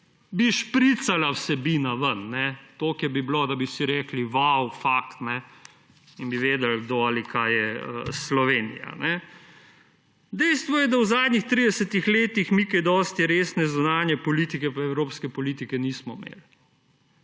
bi špricala vsebina ven, toliko bi je bilo, da bi si rekli: vau, fak! In bi vedeli, kdo ali kaj je Slovenija. Dejstvo je, da v zadnjih 30 letih mi kaj dosti resne zunanje politike pa evropske politike nismo imeli.